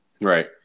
Right